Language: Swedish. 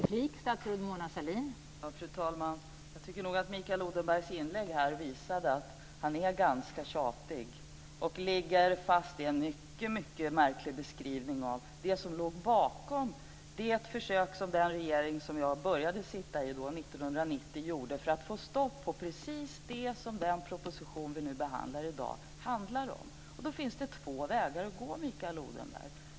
Fru talman! Jag tycker att Mikael Odenbergs inlägg visade att han är ganska tjatig och håller fast vid en mycket märklig beskrivning av det som låg bakom det försök som den regering som jag trädde in i 1990 gjorde för att få stopp på precis det som den proposition som vi i dag behandlar rör sig om. Det finns två vägar att gå, Mikael Odenberg.